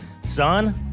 son